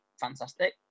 fantastic